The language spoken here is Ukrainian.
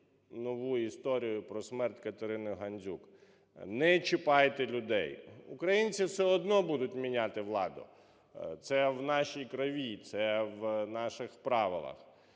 нову історію про смерть КатериниГандзюк, не чіпайте людей. Українці все одно будують міняти владу – це в нашій крові, це в наших правилах.